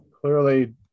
clearly